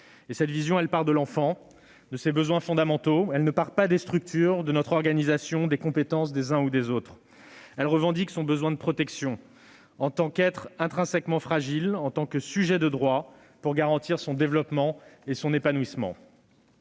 Cette vision part de l'enfant et de ses besoins fondamentaux, et non des structures, de notre organisation ou des compétences des uns ou des autres. Elle reconnaît le besoin de protection de l'enfant en tant qu'être intrinsèquement fragile, en tant que sujet de droit, afin de garantir son développement et son épanouissement.